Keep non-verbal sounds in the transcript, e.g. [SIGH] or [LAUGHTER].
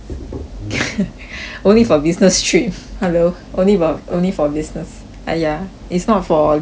[NOISE] only for business trip hello only for only for business !aiya! it's not for leisure yet